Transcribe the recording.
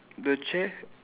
the chair